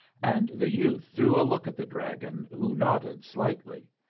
and the youth threw a look at the dragon, who nodded slightly.